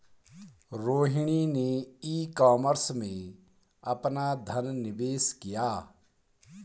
रोहिणी ने e commerce में अपना धन निवेश किया